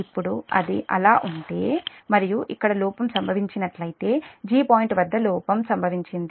ఇప్పుడు అది అలా ఉంటే మరియు ఇక్కడ లోపం సంభవించినట్లయితే 'g' పాయింట్ వద్ద లోపం సంభవించింది